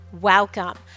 welcome